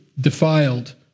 defiled